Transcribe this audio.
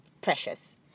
precious